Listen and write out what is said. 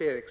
Fru